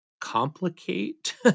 complicate